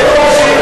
אני לא מאשים,